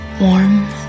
warm